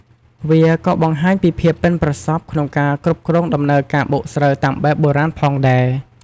វាក៏បង្ហាញពីភាពប៉ិនប្រសប់ក្នុងការគ្រប់គ្រងដំណើរការបុកស្រូវតាមបែបបុរាណផងដែរ។